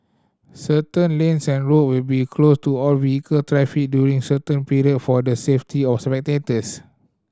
certain lanes and road will be closed to all vehicle traffic during certain period for the safety of spectators